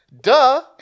duh